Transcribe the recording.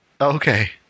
Okay